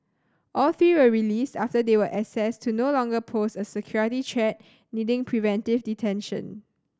all three were released after they were assessed to no longer pose a security threat needing preventive detention